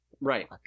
Right